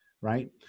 right